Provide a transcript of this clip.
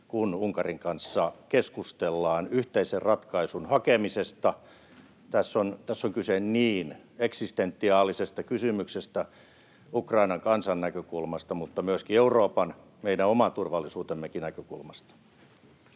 kun Unkarin kanssa keskustellaan yhteisen ratkaisun hakemisesta. Tässä on kyse niin eksistentiaalisesta kysymyksestä Ukrainan kansan näkökulmasta mutta myöskin Euroopan, meidän oman turvallisuutemmekin näkökulmasta.